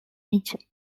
age